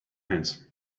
hands